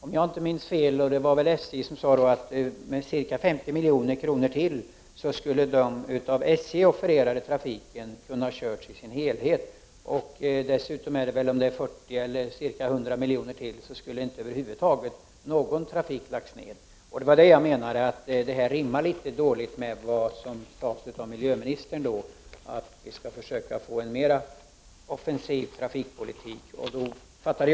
Om jag inte minns fel sades det från SJ:s sida att man med ytterligare 50 miljoner skulle ha kunnat köra den av SJ offererade trafiken i sin helhet. Dessutom skulle över huvud taget inte någon trafik ha lagts ned om ytterligare 40, eller 100 miljoner tillförts. Detta rimmar dåligt med det som miljöministern sade, nämligen att man skall försöka se till att trafikpolitiken blir mer offensiv.